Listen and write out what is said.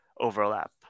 overlap